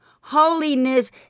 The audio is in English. holiness